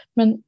Men